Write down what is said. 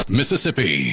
Mississippi